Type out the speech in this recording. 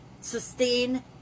sustain